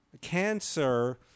cancer